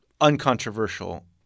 uncontroversial